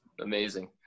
amazing